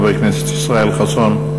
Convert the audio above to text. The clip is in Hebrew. חבר הכנסת ישראל חסון.